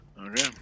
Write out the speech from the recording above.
Okay